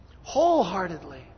wholeheartedly